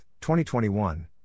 2021